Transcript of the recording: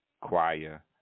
Choir